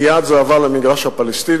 מייד זה עבר למגרש הפלסטיני: